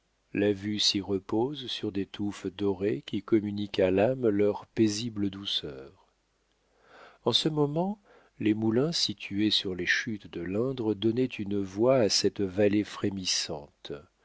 la vue s'y repose sur des touffes dorées qui communiquent à l'âme leurs paisibles douceurs en ce moment les moulins situés sur les chutes de l'indre donnaient une voix à cette vallée frémissante